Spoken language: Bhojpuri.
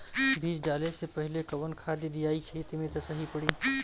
बीज डाले से पहिले कवन खाद्य दियायी खेत में त सही पड़ी?